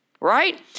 Right